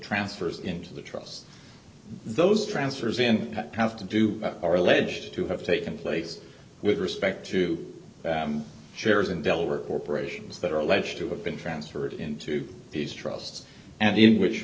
transfers into the trust those transfers in that have to do are alleged to have taken place with respect to shares in delaware corporations that are alleged to have been transferred into these trusts and in which